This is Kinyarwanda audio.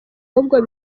ahubwo